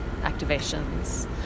Activations